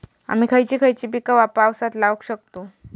आम्ही खयची खयची पीका पावसात लावक शकतु?